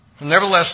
Nevertheless